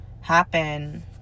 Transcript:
happen